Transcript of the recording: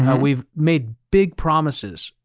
and we've made big promises,